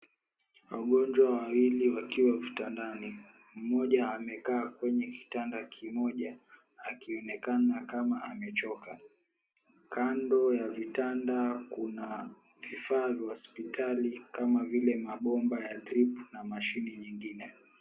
Wagonjwa wawili, wakiwa vitandani, mmoja amekaa kwenye kitanda kimoja, akionekana kama amechoka. Kando ya vitanda kuna vifaa vya hospitali kama vile mabomba ya drip, mashine nyingine.